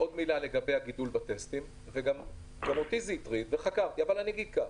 עוד מילה לגבי הגידול בטסטים: גם אותי זה הטריד וחקרתי את זה.